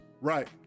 Right